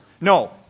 No